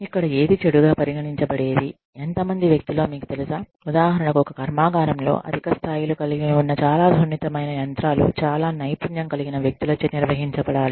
ఇక్కడ ఏది చెడుగా పరిగణించబడేది ఎంత మంది వ్యక్తులో మీకు తెలుసా ఉదాహరణకు ఒక కర్మాగారంలో అధిక స్థాయిలు కలిగి ఉన్న చాలా సున్నితమైన యంత్రాలు చాలా నైపుణ్యం కలిగిన వ్యక్తులచే నిర్వహించబడాలి